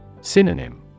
Synonym